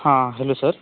हां hello sir